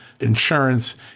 insurance